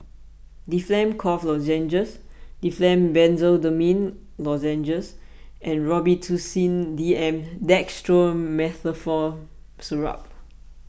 Difflam Cough Lozenges Difflam Benzydamine Lozenges and Robitussin D M Dextromethorphan Syrup